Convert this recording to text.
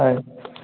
হয়